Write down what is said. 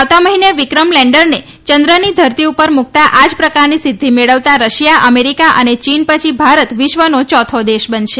આવતા મહિને વિક્રમ લેન્ડરને ચંદ્રની ધરતી ઉપર મૂકતા જ આ પ્રકારની સિધ્ધી મેળવતા રશિયા અમેરીકા અને ચીન પછી ભારત વિશ્વનો યોથો દેશ બનશે